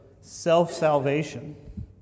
self-salvation